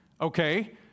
okay